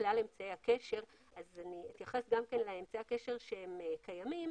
כלל אמצעי הקשר - אני אתייחס לאמצעי הקשר שקיימים